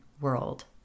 world